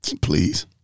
Please